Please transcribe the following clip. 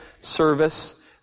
service